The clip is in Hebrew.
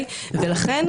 ולכן,